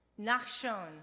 Nachshon